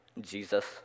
Jesus